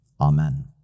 amen